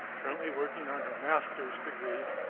currently working on her master's degree,